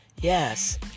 Yes